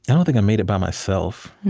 don't think i made it by myself.